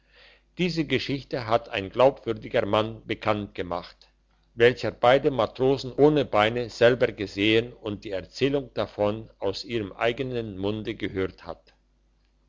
diese geschichte hat ein glaubwürdiger mann bekanntgemacht welcher beide matrosen ohne beine selber gesehen und die erzählung davon aus ihrem eigenen munde gehört hat